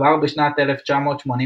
כבר בשנת 1982,